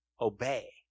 obey